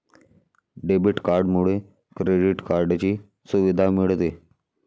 debit कार्डमुळे credit कार्डची सुविधा मिळते